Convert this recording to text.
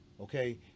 okay